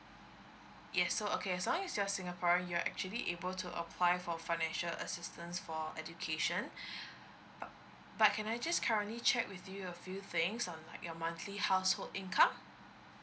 yes so okay as long as you're singaporean you're actually able to apply for financial assistance for education uh but can I just currently check with you a few things on your monthly household income